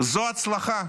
זו הצלחה.